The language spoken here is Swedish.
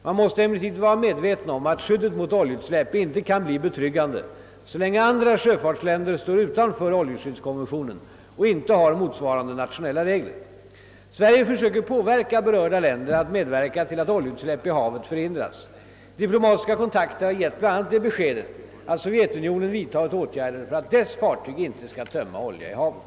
Man måste emellertid vara medveten om att skyddet mot oljeutsläpp inte kan bli betryggande så länge andra sjöfartsländer står utanför oljeskyddskonventionen och inte har motsvarande nationella regler. Sverige försöker påverka berörda länder att medverka till att oljeutsläpp i havet förhindras. Diplomatiska kontakter har gett bl.a. det beskedet, att Sovjetunionen vidtagit åtgärder för att dess fartyg inte skall tömma olja i havet.